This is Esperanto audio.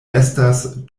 estas